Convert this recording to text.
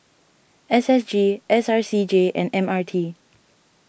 S S G S R C J and M R T